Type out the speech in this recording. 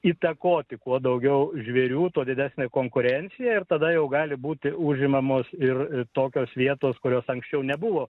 įtakoti kuo daugiau žvėrių tuo didesnė konkurencija ir tada jau gali būti užimamos ir tokios vietos kurios anksčiau nebuvo